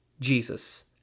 Jesus